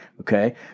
okay